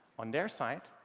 on their side,